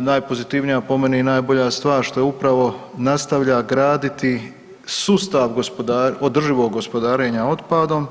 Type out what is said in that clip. Najpozitivnija po meni i najbolja stvar što upravo nastavlja graditi sustav održivog gospodarenja otpadom,